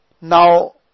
now